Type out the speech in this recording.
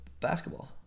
basketball